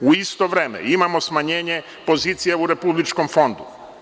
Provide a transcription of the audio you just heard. U isto vreme imamo smanjenje pozicija u Republičkom fondu.